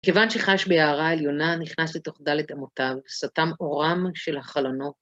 כיוון שחש בהארה עליונה, נכנס לתוך דלת אמותיו, סתם אורם של החלונות.